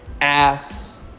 ass